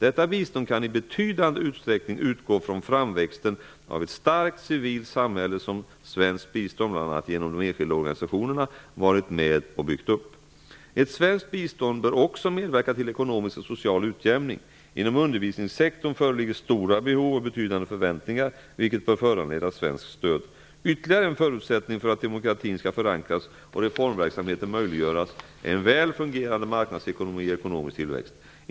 Detta bistånd kan i betydande utsträckning utgå från framväxten av ett starkt civilt samhälle som svenskt bistånd, bl.a. genom de enskilda organisationerna, varit med och byggt upp. Ett svenskt bistånd bör också medverka till ekonomisk och social utjämning. Inom undervisningssektorn föreligger stora behov och betydande förväntningar, vilket bör föranleda svenskt stöd. Ytterligare en förutsättning för att demokratin skall förankras och reformverksamheten möjliggöras är en väl fungerande marknadsekonomi och ekonomisk tillväxt.